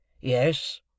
Yes